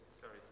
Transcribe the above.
Sorry